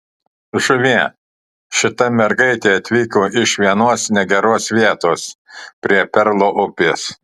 žuvie šita mergaitė atvyko iš vienos negeros vietos prie perlo upės